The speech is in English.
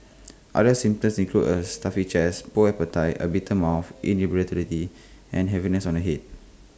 other symptoms include A stuffy chest poor appetite A bitter mouth irritability and heaviness on the Head